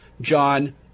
John